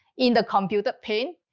in the computer pane,